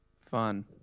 Fun